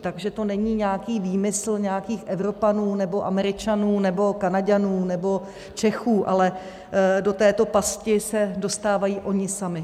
Takže to není nějaký výmysl nějakých Evropanů nebo Američanů nebo Kanaďanů nebo Čechů, ale do této pasti se dostávají oni sami.